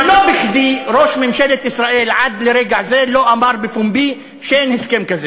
אבל לא בכדי ראש ממשלת ישראל עד לרגע זה לא אמר בפומבי שאין הסכם כזה.